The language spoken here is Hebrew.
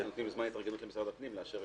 נותנים זמן התארגנות למשרד הפנים.